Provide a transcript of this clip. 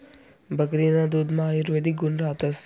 बकरीना दुधमा आयुर्वेदिक गुण रातस